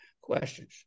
questions